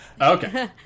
Okay